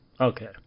Okay